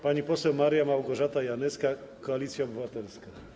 Pani poseł Maria Małgorzata Janyska, Koalicja Obywatelska.